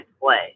play